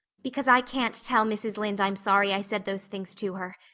because i can't tell mrs. lynde i'm sorry i said those things to her.